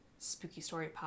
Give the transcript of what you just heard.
spookystorypodcast